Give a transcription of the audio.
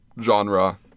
genre